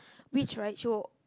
witch right she will